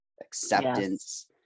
acceptance